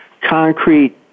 concrete